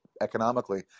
economically